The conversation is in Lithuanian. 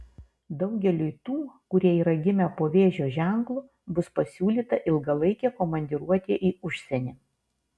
daugeliui tų kurie yra gimę po vėžio ženklu bus pasiūlyta ilgalaikė komandiruotė į užsienį